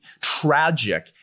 tragic